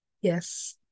Yes